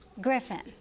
Griffin